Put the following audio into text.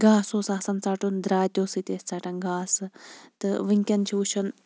گاسہٕ اوس آسان ژَٹُن درٛاتیٚو سۭتۍ ٲسۍ ژَٹان گاسہٕ تہٕ وٕنکٮ۪ن چھُ وٕچھُن